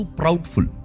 proudful